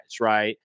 right